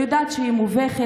אני יודעת שהיא מובכת.